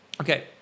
Okay